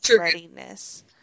readiness